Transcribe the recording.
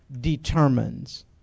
determines